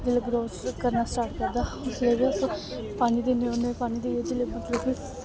जेल्लै ग्रोथ करना स्टार्ट करदा उसलै गै अस पानी दिन्ने होन्ने पानी जेल्लै मतलब कि